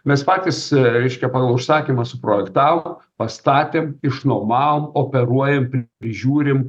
mes patys reiškia pagal užsakymą suprojektavo pastatėm išnuomavom operuojam ir prižiūrim